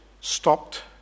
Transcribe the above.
stopped